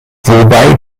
wobei